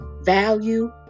value